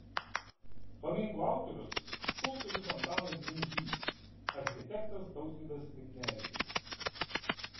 paminklo autorius skulptorius antanas dimžlys architektas tautvydas miknevičius